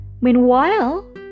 Meanwhile